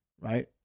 right